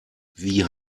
wie